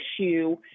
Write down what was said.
issue